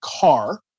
car